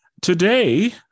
Today